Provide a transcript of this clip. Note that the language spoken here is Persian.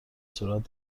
سرعت